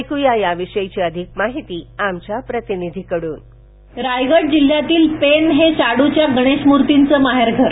ऐक्या याविषयीची अधिक माहिती आमच्या प्रतिनिधीकडून व्हॉइस कास्ट रायगड जिल्हयातील पेण हे शाड्रच्या गणेश मुर्तींचं माहेरघर